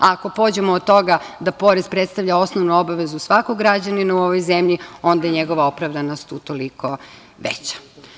Ako pođemo od toga da porez predstavlja osnovnu obavezu svakom građaninu u ovoj zemlji, onda je njegova opravdanost utoliko veća.